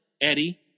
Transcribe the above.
eddie